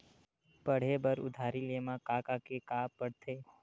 पढ़े बर उधारी ले मा का का के का पढ़ते?